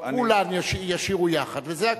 וכולם ישירו יחד, וזה הכול.